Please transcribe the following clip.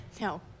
No